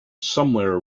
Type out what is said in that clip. somewhere